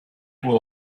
will